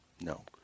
No